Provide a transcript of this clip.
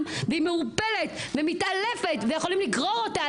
והיא מעורפלת ומתעלפת ויכולים לגרור אותה,